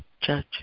judge